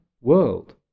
world